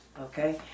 Okay